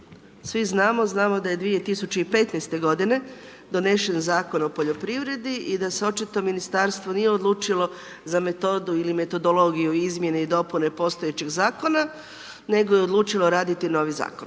svi znamo, znamo da je 2015. g. donesen Zakon o poljoprivredi i da se očito ministarstvo nije odlučilo za metodu ili metodologiju izmjene i dopune postojećeg zakona, nego je odlučilo raditi novi zakon,